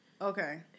Okay